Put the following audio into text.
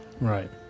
right